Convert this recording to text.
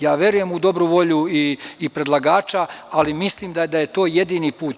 Ja verujem u dobru volju i predlagača, ali mislim da je to jedini put.